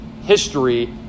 history